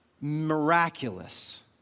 miraculous